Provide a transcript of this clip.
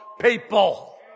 people